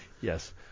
Yes